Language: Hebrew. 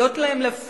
להיות להם לפה,